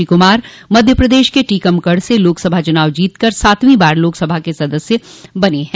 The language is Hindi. श्री कुमार मध्य प्रदेश के टीकमगढ़ से लोकसभा चुनाव जीतकर सातवीं बार लोकसभा के सदस्य बने हैं